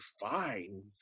fine